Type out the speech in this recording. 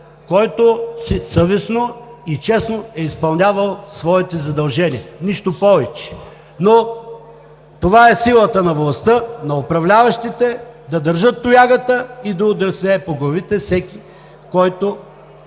който съвестно и честно е изпълнявал своите задължения – нищо повече, но това е силата на властта, на управляващите – да държат тоягата и да удрят с нея по главите всеки, който